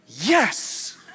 yes